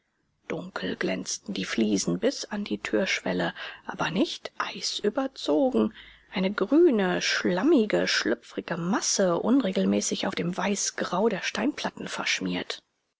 dunkel glänzten die fliesen bis an die türschwelle aber nicht eisüberzogen eine grüne schlammige schlüpfrige masse unregelmäßig auf dem weißgrau der steinplatten verschmiert